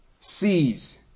sees